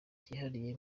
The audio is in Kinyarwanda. cyihariye